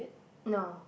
no